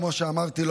כמו שאמרתי,